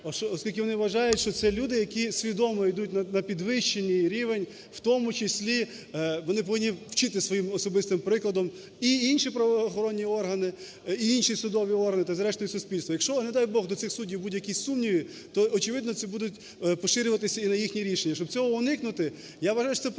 Оскільки вони вважають, що це люди, які свідомо йдуть на підвищений рівень, в тому числі вони повинні вчити своїм особистим прикладом і інші правоохоронні органи, і інші судові органи та з рештою суспільство. Якщо, не дай Бог, до цих суддів будь-який з сумнівів, то, очевидно, це будуть поширюватися і на їхні рішення. Щоб цього уникнути, я вважаю, що це правильно,